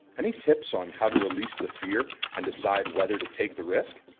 any tips on how to release the fear and decide whether to take the risk?